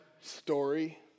story